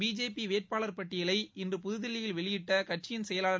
பிஜேபிவேட்பாளர் பட்டியலை இன்று புதுதில்லியில் வெளியிட்ட கட்சியின் செயலாளர்